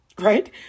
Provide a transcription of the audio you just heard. right